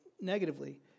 negatively